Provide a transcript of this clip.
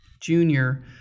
junior